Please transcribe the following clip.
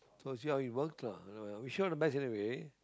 so see how it works lah I wish you all the best anyway